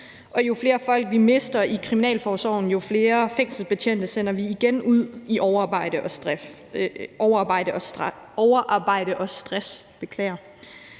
jo flere folk vi mister i kriminalforsorgen, jo flere fængselsbetjente sender vi igen ud i overarbejde og stress.